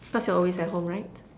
cause you're always at home right